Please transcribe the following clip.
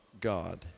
God